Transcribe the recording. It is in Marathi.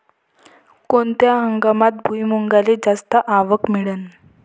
कोनत्या हंगामात भुईमुंगाले जास्त आवक मिळन?